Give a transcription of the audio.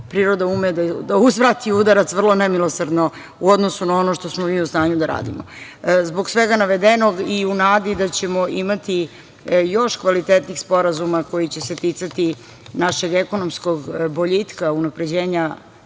priroda ume da uzvrati udarac vrlo nemilosrdno u odnosu na ono što smo mi u stanju da radimo. Zbog svega navedenog i u nadi da ćemo imati još kvalitetnih sporazuma koji će se ticati našeg ekonomskog boljitka, unapređenja